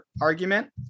argument